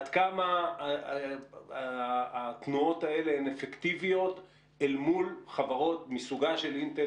עד כמה התנועות האלה הן אפקטיביות אל מול חברות מסוגה של אינטל.